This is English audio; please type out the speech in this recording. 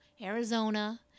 Arizona